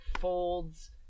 folds